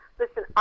listen